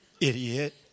Idiot